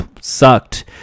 sucked